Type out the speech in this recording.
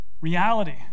reality